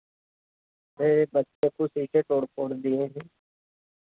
है एक बच्चा जो शीशें तोड़ फोड़ दिए हैं